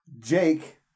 Jake